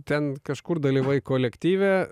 ten kažkur dalyvai kolektyve